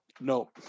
No